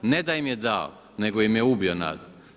Ne da im je dao, nego im je ubio nadu.